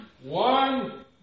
One